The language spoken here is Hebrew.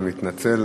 אני מתנצל.